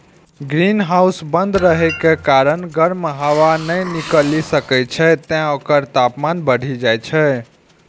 greenhouse बंद रहै के कारण गर्म हवा नै निकलि सकै छै, तें ओकर तापमान बढ़ि जाइ छै